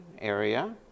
area